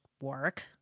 work